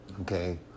Okay